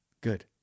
good